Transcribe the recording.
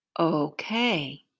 Okay